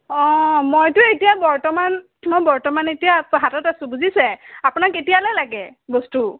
অঁ মইতো এতিয়া বৰ্তমান মই বৰ্তমান এতিয়া হাটত আছোঁ বুজিছে আপোনাক কেতিয়ালৈ লাগে বস্তু